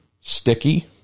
sticky